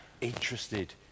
interested